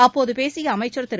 அப்போது பேசிய அமைச்சர் திரு